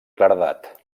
claredat